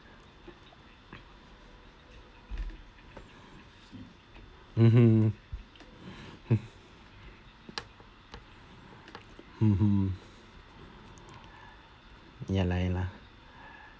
mmhmm mmhmm ya lah ya lah